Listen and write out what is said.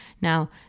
Now